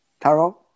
tarot